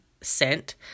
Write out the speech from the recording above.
scent